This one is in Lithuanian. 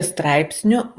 straipsnių